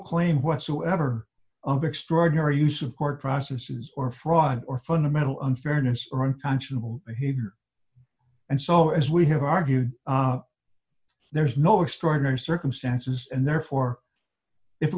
claim whatsoever of extraordinary use of court processes or fraud or fundamental unfairness or unconscionable behavior and so as we have argued there is no extraordinary circumstances and therefore if it